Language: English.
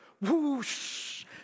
whoosh